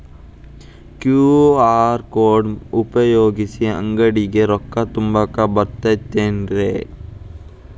QR code ಉಪಯೋಗಿಸಿ, ಅಂಗಡಿಗೆ ರೊಕ್ಕಾ ತುಂಬಾಕ್ ಬರತೈತೇನ್ರೇ?